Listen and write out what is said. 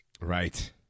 Right